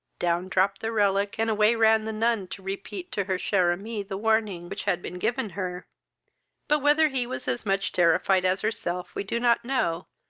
down dropped the relic, and away ran the nun to repeat to her cher ami the warning which had been given her but, whether he was as much terrified as herself we do not know,